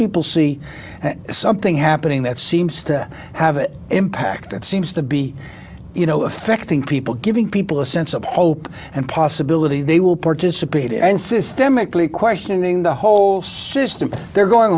people see something happening that seems to have it impact it seems to be you know affecting people giving people a sense of hope and possibility they will participate in systemic lee questioning the whole system they're going